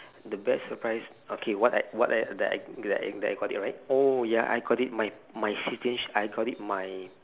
the best surprise okay what I what I that I that I that I got it right oh ya I got it my my citizenship I got it my